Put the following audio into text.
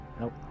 Nope